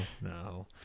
no